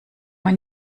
ein